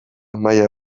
maila